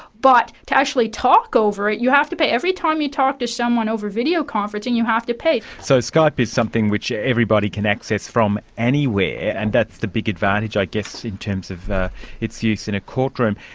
but to actually talk over it you have to pay, every time you talk to someone over videoconferencing you have to pay. so skype is something which everybody can access from anywhere, and that's the big advantage i guess in terms of its use in a courtroom.